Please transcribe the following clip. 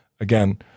again